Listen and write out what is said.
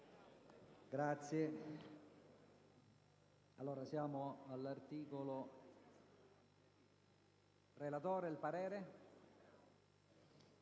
Grazie